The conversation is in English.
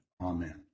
Amen